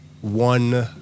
one